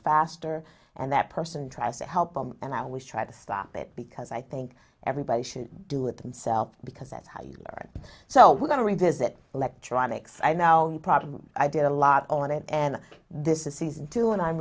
faster and that person tries to help them and i always try to stop it because i think everybody should do it themselves because that's how you are so we're going to revisit electronics i now you probably i did a lot on it and this is season two and i'm